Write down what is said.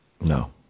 No